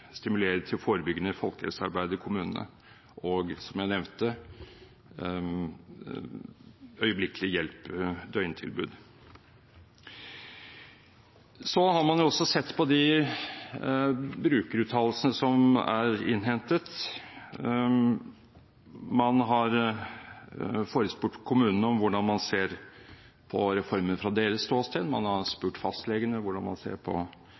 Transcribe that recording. stimulere til forebyggende folkehelsearbeid i kommunene og, som jeg nevnte, øyeblikkelig hjelp døgntilbud. Så har man også sett på de brukeruttalelsene som er innhentet. Man har forespurt kommunene om hvordan man ser på reformen fra deres ståsted, man har spurt fastlegene hvordan man ser på